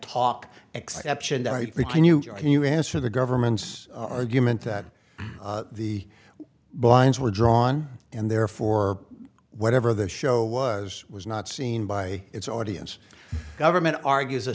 you can you answer the government's argument that the blinds were drawn and therefore whatever the show was was not seen by its audience government argues a